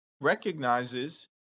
recognizes